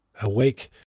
Awake